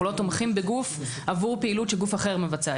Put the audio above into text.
אנחנו לא תומכים בגוף עבור פעילות שכל אחר מבצע.